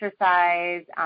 exercise